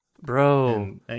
Bro